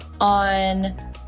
on